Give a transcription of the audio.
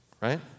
right